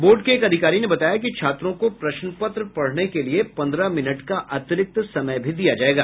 board के एक अधिकारी ने बताया कि छात्रों को प्रश्न पत्र पढ़ने के लिए पन्द्रह मिनट का अतिरिक्त समय भी दिया जायेगा